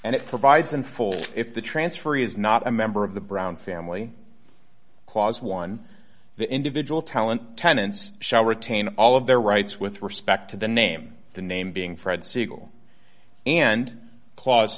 and it provides in full if the transferee is not a member of the brown family clause one the individual talent tenants shall retain all of their rights with respect to the name the name being fred siegel and cla